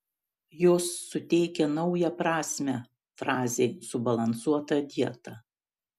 jos suteikia naują prasmę frazei subalansuota dieta